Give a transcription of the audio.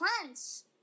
plants